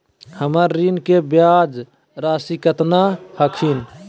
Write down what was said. हमर ऋण के ब्याज रासी केतना हखिन?